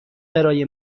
برای